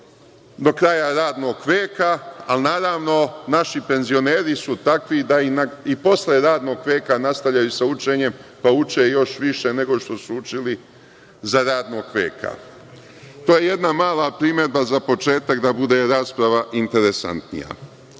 do kraja radnog veka, ali naravno, naši penzioneri su takvi da i posle radnog veka nastavljaju sa učenjem, pa uče još više nego što su učili za radnog veka. To je jedna mala primedba za početak da bude rasprava interesantnija. Jedan